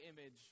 image